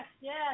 yes